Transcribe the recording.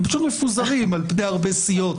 הם פשוט מפוזרים על פני הרבה סיעות.